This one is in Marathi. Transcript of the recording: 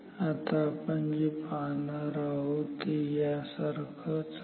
आता आपण जे पाहणार आहोत ते या सारखाचं आहे